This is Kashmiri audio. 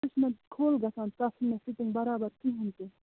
سُہ چھُ مےٚ کھوٚل گژھان تَتھ چھُنہٕ مےٚ فِٹِنٛگ بَرابر کِہیٖنۍ تہِ